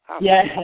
Yes